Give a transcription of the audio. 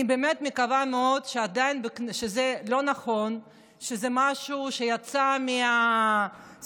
אני באמת מקווה מאוד שזה לא נכון ושזה משהו שיצא מהספינים,